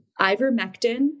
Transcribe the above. Ivermectin